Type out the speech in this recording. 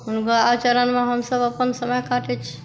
हुनका आ चरणमे हमसभ अपन समय काटै छी